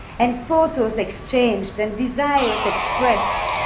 and photos exchanged and desires expressed.